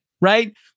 right